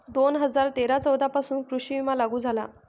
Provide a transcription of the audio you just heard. दोन हजार तेरा चौदा पासून कृषी विमा लागू झाला